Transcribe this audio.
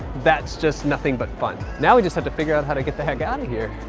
that's just nothing but fun. now we just have to figure out how to get the heck outta here.